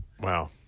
wow